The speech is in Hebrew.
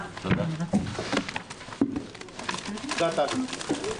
הישיבה ננעלה בשעה 11:00.